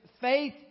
faith